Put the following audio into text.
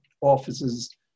Office's